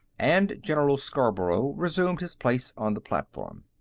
and general scarborough resumed his place on the platform.